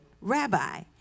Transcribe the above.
Rabbi